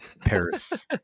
paris